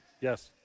Yes